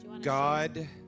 God